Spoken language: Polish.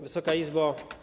Wysoka Izbo!